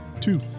Two